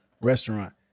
restaurant